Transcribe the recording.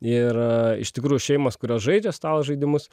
ir a iš tikrųjų šeimos kurios žaidžia stalo žaidimus